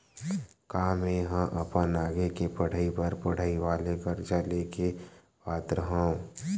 का मेंहा अपन आगे के पढई बर पढई वाले कर्जा ले के पात्र हव?